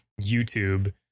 YouTube